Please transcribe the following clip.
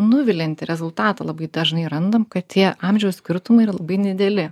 nuviliantį rezultatą labai dažnai randam kad tie amžiaus skirtumai yra labai nedideli